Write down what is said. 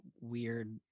weird